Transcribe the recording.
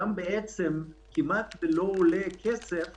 בעצם כמעט ולא עולה כסף